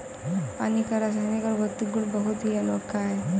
पानी का रासायनिक और भौतिक गुण बहुत ही अनोखा है